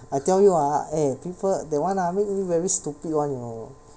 I tell you ah eh people that one ah make me very stupid [one] you know